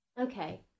Okay